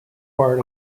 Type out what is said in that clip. part